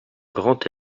grand